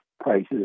prices